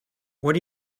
what